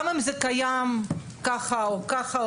גם אם זה קיים כך או כך,